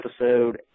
episode